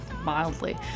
mildly